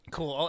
Cool